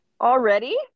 already